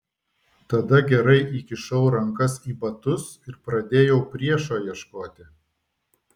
tada gerai įkišau rankas į batus ir pradėjau priešo ieškoti